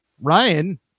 Ryan